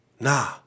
Nah